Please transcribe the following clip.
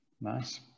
nice